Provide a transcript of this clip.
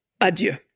Adieu